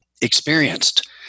experienced